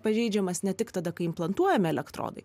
pažeidžiamas ne tik tada kai implantuojami elektrodai